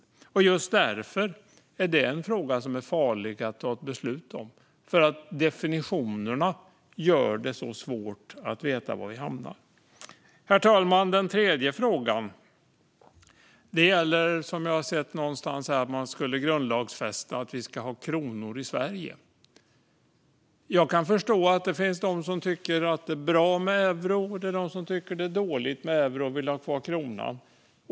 Just därför är detta en fråga som det är farligt att fatta beslut om. Definitionerna gör det svårt att veta var vi hamnar. Herr talman! Den tredje frågan gäller det jag sett någonstans här - att man skulle grundlagsfästa att ha kronan i Sverige. Jag kan förstå att det finns de som tycker att det är bra med euron och de som tycker att det är dåligt med euron och vill ha kvar kronan.